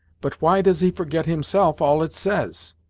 but why does he forget himself all it says?